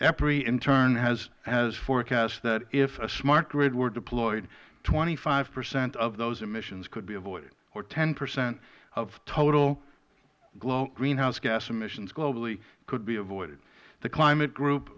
turn has forecast that if a smart grid were deployed twenty five percent of those emissions could be avoided or ten percent of total greenhouse gas emissions globally could be avoided the climate group